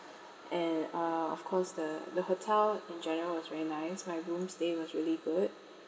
and uh of course the the hotel in general was very nice my room stay was really good